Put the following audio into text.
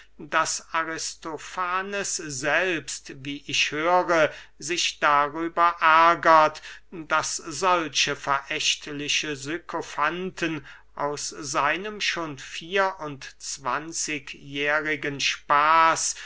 daß aristofanes selbst wie ich höre sich darüber ärgert daß solche verächtliche sykofanten aus seinem schon vier und zwanzigjährigen spaß